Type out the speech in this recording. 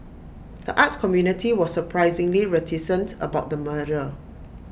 the arts community was surprisingly reticent about the merger